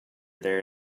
there